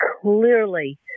clearly